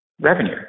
revenue